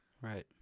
Right